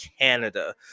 Canada